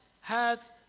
hath